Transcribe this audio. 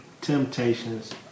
Temptations